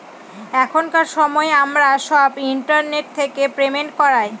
এখনকার সময় আমরা সব ইন্টারনেট থেকে পেমেন্ট করায়